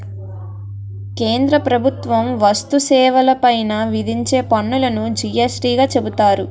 కేంద్ర ప్రభుత్వం వస్తు సేవల పైన విధించే పన్నులును జి యస్ టీ గా చెబుతారు